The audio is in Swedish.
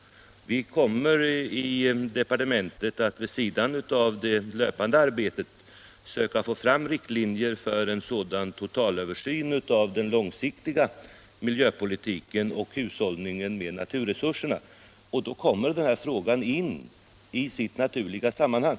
Vi kommer i departementet vid sidan av det löpande arbetet att försöka få fram riktlinjer för en sådan totalöversyn av den långsiktiga miljöpolitiken och hushållningen med naturresurserna. Då kommer den här frågan in i sitt naturliga sammanhang.